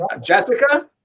Jessica